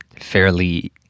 fairly